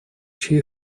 чьи